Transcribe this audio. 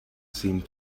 seemed